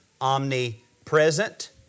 Omnipresent